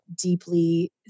deeply